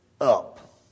up